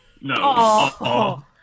No